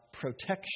protection